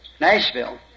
Nashville